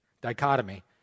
Dichotomy